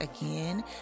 again